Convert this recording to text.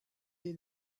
est